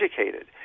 educated